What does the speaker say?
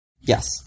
Yes